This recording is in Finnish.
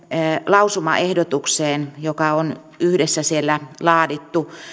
lausumaehdotukseen joka on yhdessä siellä laadittu ja